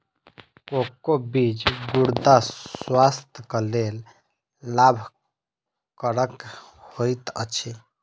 cocoa बीज गुर्दा स्वास्थ्यक लेल लाभकरक होइत अछि